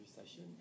session